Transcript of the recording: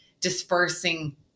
dispersing